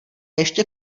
ještě